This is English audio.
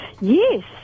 Yes